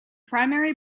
primary